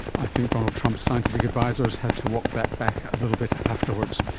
i think donald trump's scientific advisors had to walk that back a little bit afterwards.